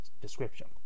description